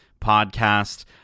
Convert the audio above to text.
podcast